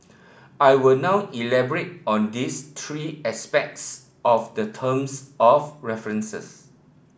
I will now elaborate on these three aspects of the terms of references